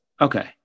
Okay